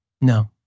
No